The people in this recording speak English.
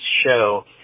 show